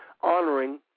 honoring